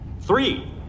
Three